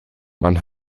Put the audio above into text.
man